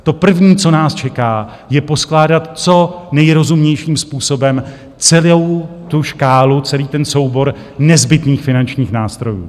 To první, co nás čeká, je poskládat co nejrozumnějším způsobem celou tu škálu, celý ten soubor nezbytných finančních nástrojů.